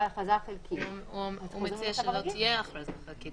(ה) הכרזה על הגבלה חלקית